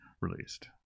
released